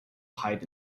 hide